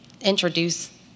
introduce